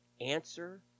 answer